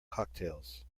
cocktails